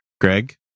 Greg